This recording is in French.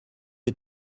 est